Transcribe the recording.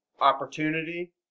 opportunity